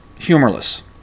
humorless